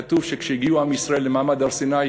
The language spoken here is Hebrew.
כתוב שכאשר הגיעו עם ישראל למעמד הר-סיני: